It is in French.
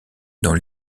dans